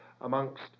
amongst